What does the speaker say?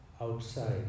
outside